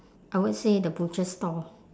I would say the butcher's store